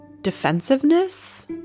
defensiveness